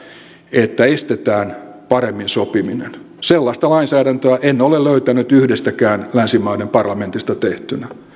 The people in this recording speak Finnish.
että estetään paremmin sopiminen sellaista lainsäädäntöä en ole löytänyt yhdestäkään länsimaiden parlamentista tehtynä